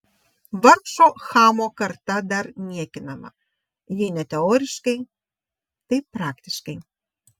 vargšo chamo karta dar niekinama jei ne teoriškai tai praktiškai